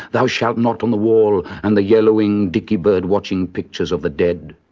thou shalt not on the wall, and the yellowing dickybird-watching pictures of the dead.